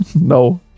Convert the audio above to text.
No